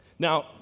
Now